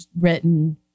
written